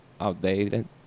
outdated